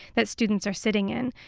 that students are sitting in.